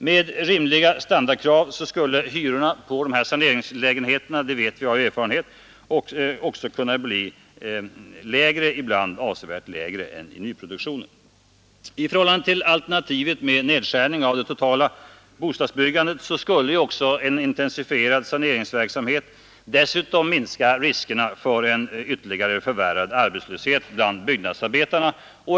Med rimliga standardkrav skulle nämligen hyrorna för dessa saneringslägenheter bli I ägre, ibland avsevärt lägre än i nyproduktionen. I förhållande till alternativet med en nedskärning av det totala bostadsbyggandet skulle en intensifierad saneringsverksamhet dessutom minska riskerna för en ytterligare förvärrad arbetslöshet bland byggnadsarbetarna.